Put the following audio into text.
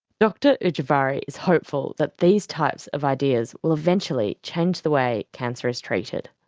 dr ujvari is hopeful that these types of ideas will eventually change the way cancer is treated.